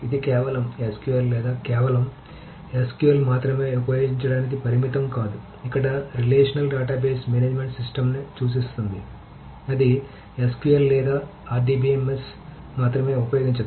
ఇది కేవలం SQL లేదా కేవలం SQL మాత్రమే ఉపయోగించడానికి పరిమితం కాదు ఇక్కడ రిలేషనల్ డేటాబేస్ మేనేజ్మెంట్ సిస్టమ్ను సూచిస్తుంది అది SQL లేదా RDBMS మాత్రమే ఉపయోగించదు